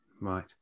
Right